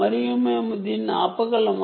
మరియు మేము దీన్ని ఆపగలమా